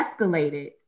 escalated